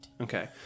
Okay